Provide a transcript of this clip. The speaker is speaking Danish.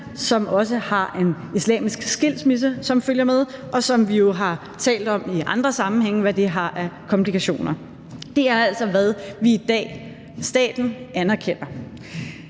som også har en islamisk skilsmisse, som følger med, og som vi jo i andre sammenhænge har talt om, i forhold til hvad det har af komplikationer. Det er altså, hvad staten i dag anerkender.